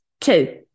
two